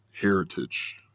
heritage